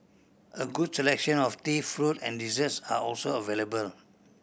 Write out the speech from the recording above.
a good selection of tea fruit and desserts are also available